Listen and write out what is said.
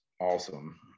awesome